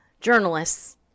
journalists